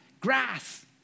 Grass